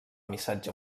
missatge